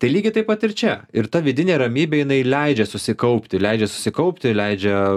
tai lygiai taip pat ir čia ir ta vidinė ramybė jinai leidžia susikaupti leidžia susikaupti leidžia